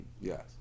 Yes